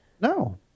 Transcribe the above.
No